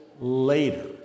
later